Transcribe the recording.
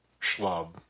schlub